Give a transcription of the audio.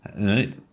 right